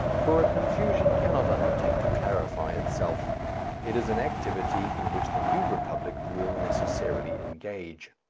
for a confusion cannot undertake to clarify itself it is an activity in which the new republic will necessarily engage.